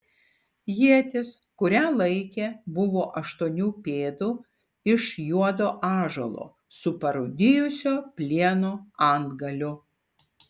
ietis kurią laikė buvo aštuonių pėdų iš juodo ąžuolo su parūdijusio plieno antgaliu